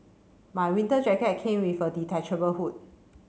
my winter jacket came with a detachable hood